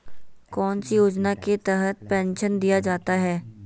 कौन सी योजना के तहत पेंसन दिया जाता है?